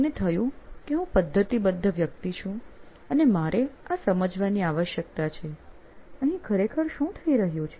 મને થયું કે હું પદ્ધતિબદ્ધ વ્યક્તિ છું અને મારે આ સમજવાની આવશ્યકતા છે અહીં ખરેખર શું થઇ રહ્યું છે